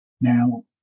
now